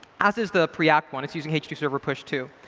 as is the preact one, it's using h two server push too.